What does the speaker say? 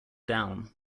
down